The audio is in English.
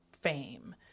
fame